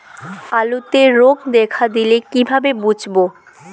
আলুতে রোগ দেখা দিলে কিভাবে বুঝবো?